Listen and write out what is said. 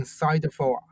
insightful